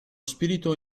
spirito